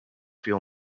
feel